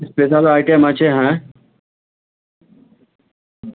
special item আছে হ্যাঁ